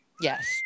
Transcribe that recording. Yes